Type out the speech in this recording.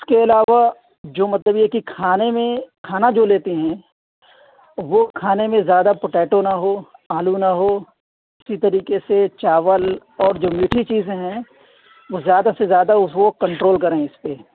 اِس کے علاوہ جو مطلب یہ کہ کھانے میں کھانا جو لیتے ہیں وہ کھانے میں زیادہ پوٹیٹو نا ہو آلو نا ہو اِسی طریقے سے چاول اور جو میٹھی چیزیں ہیں وہ زیادہ سے زیادہ اُس کو کنٹرول کریں اِس پہ